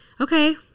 okay